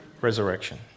Resurrection